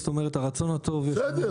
כלומר הרצון הטוב --- בסדר.